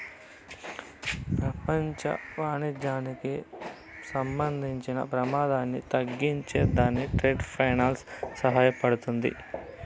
పెపంచ వాణిజ్యానికి సంబంధించిన పెమాదాన్ని తగ్గించే దానికి ట్రేడ్ ఫైనాన్స్ సహాయపడతాది